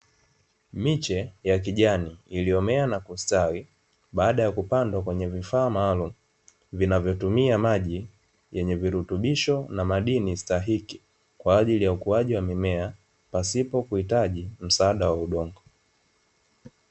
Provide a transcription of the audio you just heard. Miche ya kijani iliyomea na kustawi, baada ya kupandwa kwenye vifaa maalumu, vinavyotumia maji yenye virutubisho na madini stahiki, kwa ajili ya ukuaji wa mimea pasipo kuhitaji msaada wa udongo.